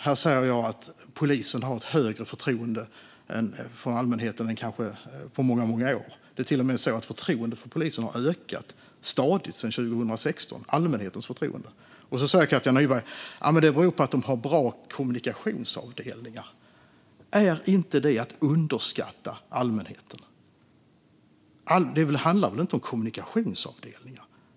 Här säger jag att polisen har ett högre förtroende från allmänheten än på många år - allmänhetens förtroende har till och med ökat stadigt sedan 2016 - och så säger Katja Nyberg att det beror på att polisen har bra kommunikationsavdelningar. Är inte det att underskatta allmänheten? Det handlar väl inte om kommunikationsavdelningar.